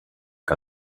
que